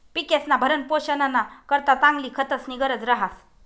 पिकेस्ना भरणपोषणना करता चांगला खतस्नी गरज रहास